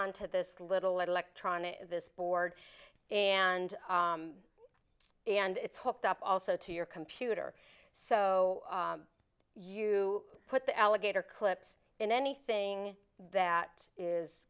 on to this little electronic this board and and it's hooked up also to your computer so you put the alligator clips in anything that is